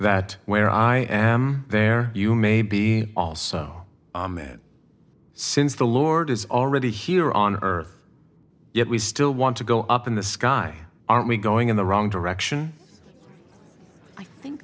that where i am there you may be also that since the lord is already here on earth yet we still want to go up in the sky aren't we going in the wrong direction i think